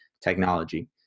technology